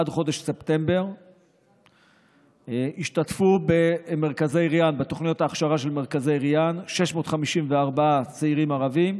עד חודש ספטמבר השתתפו בתוכניות ההכשרה של מרכזי ריאן 654 צעירים ערבים,